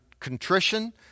contrition